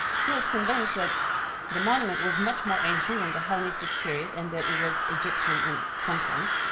he was convinced that the monument was much more ancient than the hellenistic period and that it was egyptian in some sense.